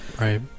Right